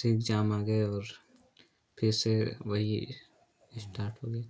से इग्जाम आ गए और फिर से वही इस्टार्ट हो गया